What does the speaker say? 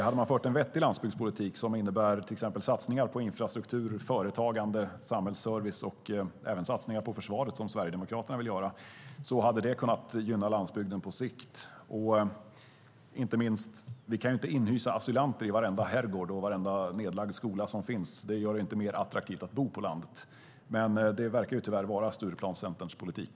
Hade man fört en vettig landsbygdspolitik som innebär till exempel satsningar på infrastruktur, företagande, samhällsservice och även satsningar på försvaret, som Sverigedemokraterna vill göra, hade det kunnat gynna landsbygden på sikt. Vi kan inte heller inhysa asylanter i varenda herrgård och i varenda nedlagd skola som finns. Det gör det inte mer attraktivt att bo på landet. Men det verkar tyvärr vara Stureplanscenterns politik.